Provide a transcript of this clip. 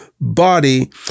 body